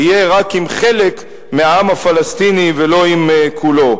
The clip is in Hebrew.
יהיה רק עם חלק מהעם הפלסטיני ולא עם כולו.